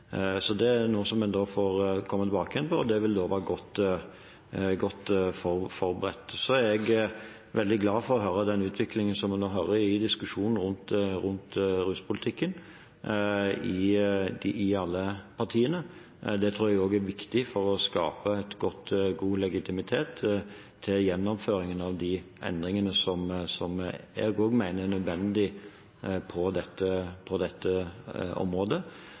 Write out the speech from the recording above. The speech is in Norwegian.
er noe som en får komme tilbake til, og det vil da være godt forberedt. Jeg er veldig glad for den utviklingen som en nå hører om i diskusjonen rundt ruspolitikken i alle partier. Det tror jeg er viktig for å skape god legitimitet til gjennomføringen av de endringene som jeg også mener er nødvendig på dette